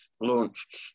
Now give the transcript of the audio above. launched